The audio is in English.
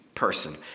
person